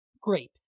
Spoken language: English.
Great